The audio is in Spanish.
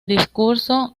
discurso